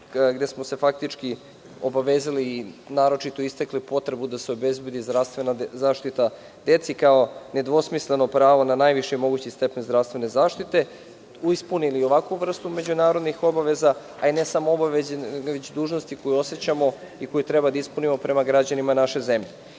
gde smo se faktički obavezali, naročito istakli potrebu da se obezbedi zdravstvena zaštita deci, kao nedvosmisleno pravo na najviši mogući stepen zdravstvene zaštite, ispunili ovakvu vrstu međunarodnih obaveza, a ne samo obaveza, već i dužnosti koju osećamo i koju treba da ispunimo prema građanima naše zemlje. Dakle,